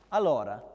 Allora